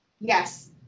Yes